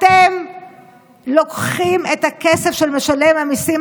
אתם לוקחים את הכסף של משלם המיסים